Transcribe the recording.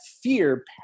fear